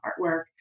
artwork